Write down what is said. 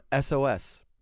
SOS